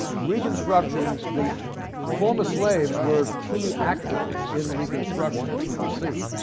reconstruction the former slaves were key actors in reconstruction, as we will see.